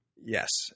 Yes